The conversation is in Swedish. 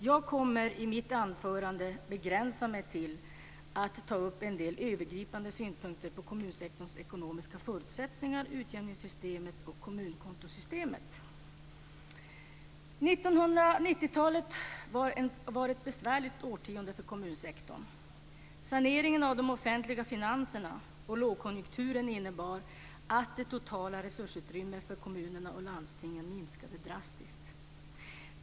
Jag kommer i mitt anförande att begränsa mig till att ta upp en del övergripande synpunkter på kommunsektorns ekonomiska förutsättningar, utjämningssystemet och kommunkontosystemet. 1990-talet var ett besvärligt årtionde för kommunsektorn. Saneringen av de offentliga finanserna och lågkonjunkturen innebar att det totala resursutrymmet för kommunerna och landstingen minskade drastiskt.